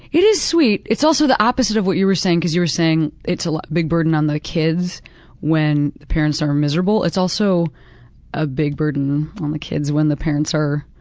it is sweet. it's also the opposite of what you were saying, because you were saying it's a big burden on the kids when the parents are miserable. it's also a big burden on the kids when the parents are,